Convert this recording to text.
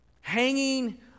hanging